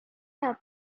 have